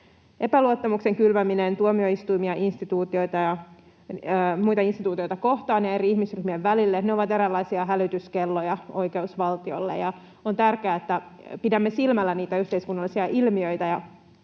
Epäluottamuksen kylväminen tuomioistuimia ja muita instituutioita kohtaan ja eri ihmisryhmien välille on eräänlainen hälytyskello oikeusvaltiolle, ja on tärkeää, että pidämme silmällä niitä yhteiskunnallisia ilmiöitä